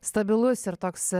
stabilus ir toks